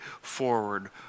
forward